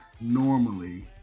normally